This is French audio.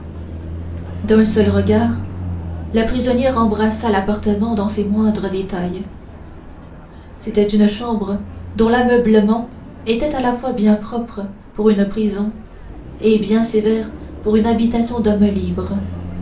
d'un seul regard la prisonnière embrassa l'appartement dans ses moindres détails c'était une chambre dont l'ameublement était à la fois bien propre pour une prison et bien sévère pour une habitation d'homme libre